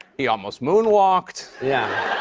he almost moonwalked. yeah.